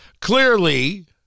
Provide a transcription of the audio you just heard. clearly